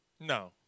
No